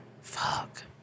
fuck